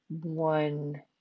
one